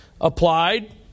applied